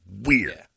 weird